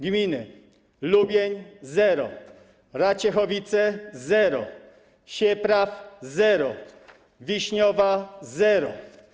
Gminy: Lubień - zero, Raciechowice - zero, Siepraw - zero, Wiśniowa - zero.